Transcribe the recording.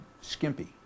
skimpy